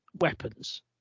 Weapons